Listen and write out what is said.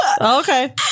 okay